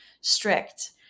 strict